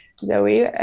Zoe